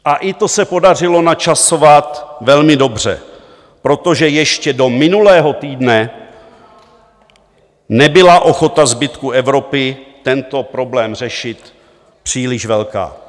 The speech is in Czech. A i to se podařilo načasovat velmi dobře, protože ještě do minulého týdne nebyla ochota zbytku Evropy tento problém řešit příliš velká.